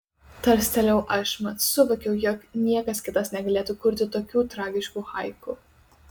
tarstelėjau aš mat suvokiau jog niekas kitas negalėtų kurti tokių tragiškų haiku